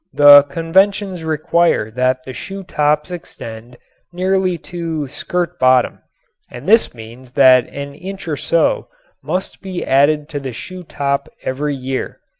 the conventions require that the shoe-tops extend nearly to skirt-bottom and this means that an inch or so must be added to the shoe-top every year.